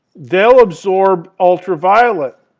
they'll absorb ultraviolet.